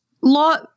law